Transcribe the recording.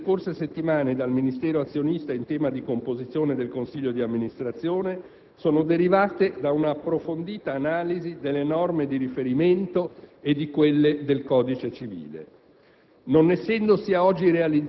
Le iniziative assunte nelle scorse settimane dal Ministero azionista in tema di composizione del Consiglio di amministrazione sono derivate da una approfondita analisi delle norme di riferimento e di quelle del codice civile.